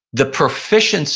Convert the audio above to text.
the proficiency